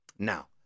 Now